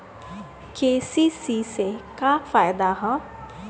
KCC से का फायदा ह?